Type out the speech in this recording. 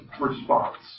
response